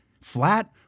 flat